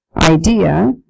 idea